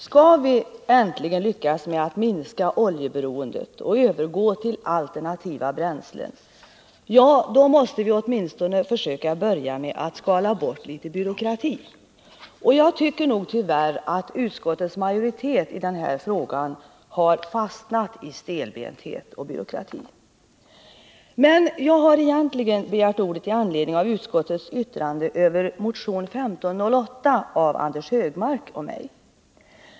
Skall vi äntligen lyckas med att minska oljeberoendet och övergå till alternativa bränslen, så måste vi börja med att åtminstone försöka skala bort litet av byråkratin på detta område, och jag tycker att utskottets majoritet fastnat i stelbenthet och byråkrati i den här frågan. Men jag har egentligen begärt ordet med anledning av utskottets yttrande över motion 1508 av Anders Högmark och mig.